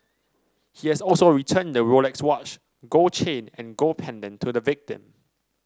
he has also returned the Rolex watch gold chain and gold pendant to the victim